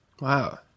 Wow